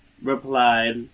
Replied